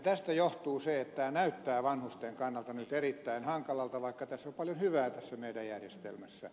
tästä johtuu se että näyttää vanhusten kannalta nyt erittäin hankalalta vaikka tässä on paljon hyvää tässä meidän järjestelmässä